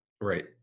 right